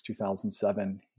2007